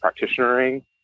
practitionering